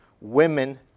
women